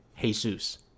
Jesus